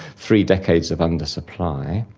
three decades of undersupply.